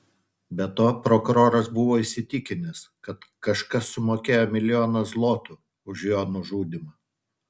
be to prokuroras buvo įsitikinęs kad kažkas sumokėjo milijoną zlotų už jo nužudymą